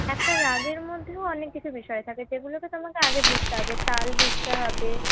একটা রাগের মধ্যেও অনেক কিছু বিষয় থাকে সেগুলোকে তোমাকে আগে বুঝতে হবে তাল বুঝতে হবে